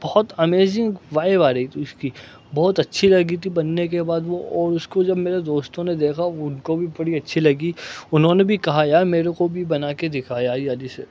بہت amazing vibe آ رہی تھی اس کی بہت اچھی لگی تھی بننے کے بعد وہ اور اس کو جب میرے دوستوں نے دیکھا ان کو بھی بڑی اچھی لگی انہوں نے بھی کہا یار میرے کو بھی بنا کے دکھا یار یہ والی سٹ